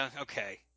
okay